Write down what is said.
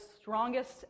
strongest